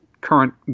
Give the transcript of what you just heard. current